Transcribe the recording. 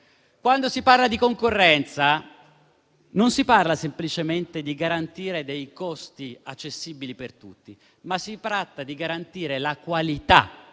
Quando si parla di concorrenza non si tratta semplicemente di garantire costi accessibili per tutti, ma anche di garantire la qualità